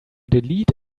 delete